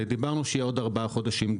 דברנו שיהיה דיון נוסף עוד כארבעה חודשים,